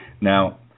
Now